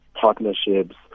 partnerships